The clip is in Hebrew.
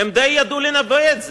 הם די ידעו לנבא את זה.